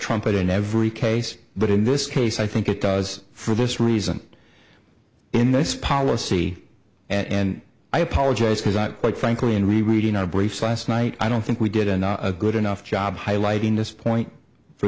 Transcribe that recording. trump in every case but in this case i think it does for this reason in this policy and i apologize because i quite frankly in reading our briefs last night i don't think we did in a good enough job highlighting this point for